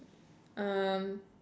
um